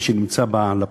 מי שנמצא בה,